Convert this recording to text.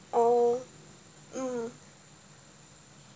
oh mm